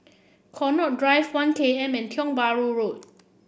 Connaught Drive One K M and Tiong Bahru Road